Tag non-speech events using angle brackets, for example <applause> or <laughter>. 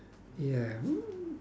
ya <noise>